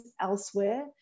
elsewhere